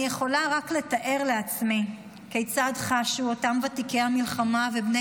אני יכולה רק לתאר לעצמי כיצד חשו אותם ותיקי המלחמה ובני